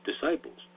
disciples